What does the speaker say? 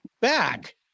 back